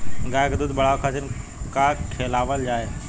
गाय क दूध बढ़ावे खातिन का खेलावल जाय?